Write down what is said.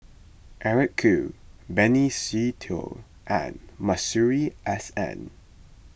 Eric Khoo Benny Se Teo and Masuri S N